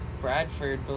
Bradford